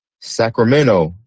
Sacramento